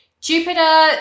Jupiter